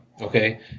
Okay